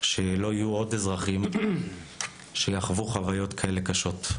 שלא יהיו עוד אזרחים שיחוו חוויות כאלה קשות.